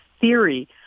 theory